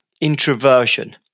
introversion